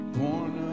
born